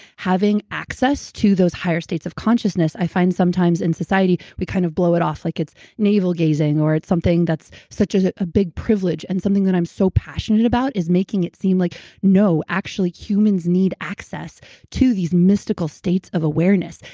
having access to those higher states of consciousness. i find sometimes in society we kind of blow it off like it's navel gazing or it's something that's such a big privilege. and something that i'm so passionate about is making it seem like no, actually, humans need access to these mystical states of awareness.